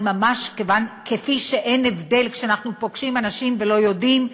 אז ממש כפי שאין הבדל כשאנחנו פוגשים אנשים ולא יודעים,